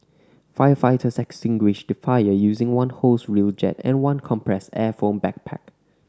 firefighters extinguished the fire using one hose reel jet and one compressed air foam backpack